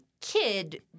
kid